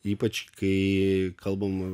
ypač kai kalbama